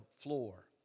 floor